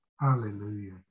Hallelujah